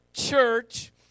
church